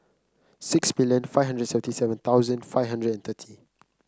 six million five hundred seventy seven thousand five hundred and thirty